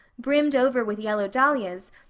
brimmed over with yellow dahlias,